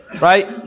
right